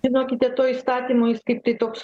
žinokite to įstatymais kaip tai toks